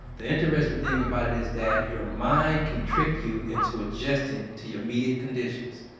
the interesting thing about it is that your mind can trick you into adjusting to your immediate condition.